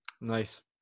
Nice